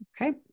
Okay